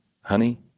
honey